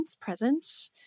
present